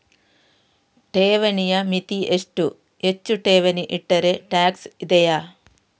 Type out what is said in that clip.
ಠೇವಣಿಯ ಮಿತಿ ಎಷ್ಟು, ಹೆಚ್ಚು ಠೇವಣಿ ಇಟ್ಟರೆ ಟ್ಯಾಕ್ಸ್ ಇದೆಯಾ?